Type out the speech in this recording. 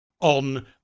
on